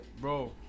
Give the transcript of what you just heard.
Bro